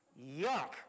yuck